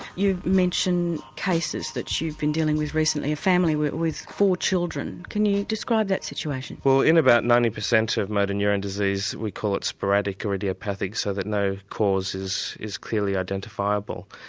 you've mentioned cases that you've been dealing with recently a family with with four children can you describe that situation? well in about ninety percent of motor neurone disease we call it sporadic or idiopathic so that no cause is is clearly identifiable.